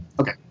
Okay